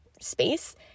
space